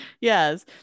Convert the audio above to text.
yes